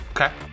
Okay